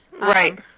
Right